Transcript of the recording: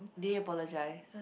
they apologize